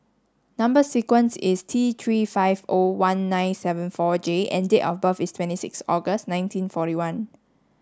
number sequence is T three five O one nine seven four J and date of birth is twenty six August nineteen forty one